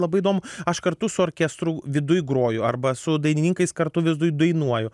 labai įdomu aš kartu su orkestru viduj groju arba su dainininkais kartu viduj dainuoju